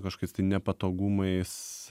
kažkokiais nepatogumais